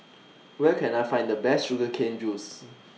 Where Can I Find The Best Sugar Cane Juice